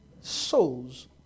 souls